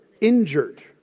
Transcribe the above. injured